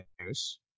news